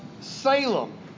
Salem